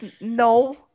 No